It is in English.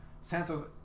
Santos